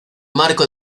marco